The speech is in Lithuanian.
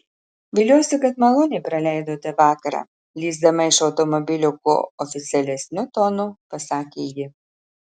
viliuosi kad maloniai praleidote vakarą lįsdama iš automobilio kuo oficialesniu tonu pasakė ji